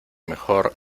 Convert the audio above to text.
mejor